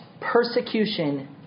persecution